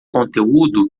conteúdo